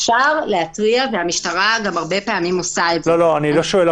אפשר להתריע והרבה פעמים המשטרה גם עושה את זה --- שנייה,